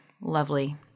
lovely